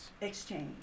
exchange